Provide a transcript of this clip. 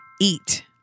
eat